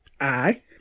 Aye